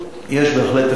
יש בהחלט אפשרות,